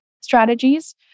strategies